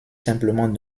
simplement